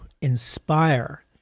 inspire